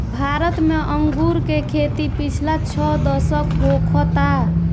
भारत में अंगूर के खेती पिछला छह दशक होखता